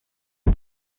his